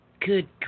good